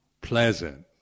pleasant